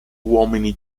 uomini